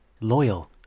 loyal